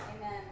Amen